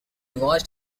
watched